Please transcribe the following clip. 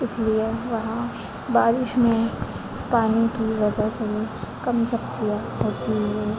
इसलिए वहाँ बारिश में पानी की वजह से ही कम सब्जियां होती हैं